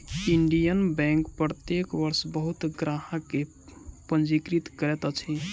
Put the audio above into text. Indian Bank प्रत्येक वर्ष बहुत ग्राहक के पंजीकृत करैत अछि